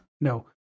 no